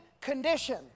condition